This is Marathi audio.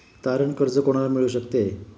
तारण कर्ज कोणाला मिळू शकते?